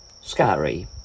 scary